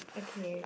okay